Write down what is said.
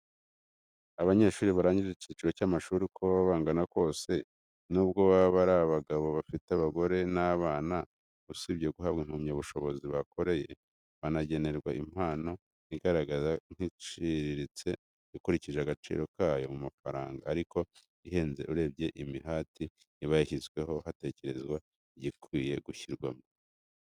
Abanyeshuri barangije icyiciro cy'amashuri, uko baba bangana kose, n'ubwo baba ari abagabo bafite abagore n'abana, usibye guhabwa impamyabushobozi bakoreye, banagenerwa impano igaragara nk'iciriritse ukurikije agaciro ka yo mu mafaranga, ariko ihenze urebye imihati iba yashyizweho hatekerezwa igikwiye gushyirwamo.